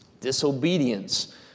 Disobedience